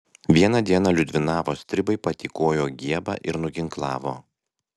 vieną dieną liudvinavo stribai patykojo giebą ir nuginklavo